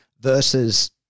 versus